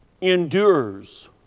endures